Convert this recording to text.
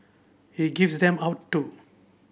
he gives them out too